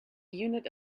unit